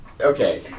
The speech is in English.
Okay